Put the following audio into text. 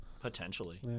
Potentially